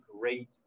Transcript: great